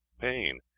pain